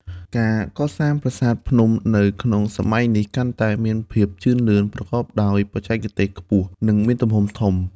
ការកសាងប្រាសាទភ្នំនៅក្នុងសម័យនេះកាន់តែមានភាពជឿនលឿន ប្រកប ដោយបច្ចេកទេសខ្ពស់ និង មានទំហំធំ។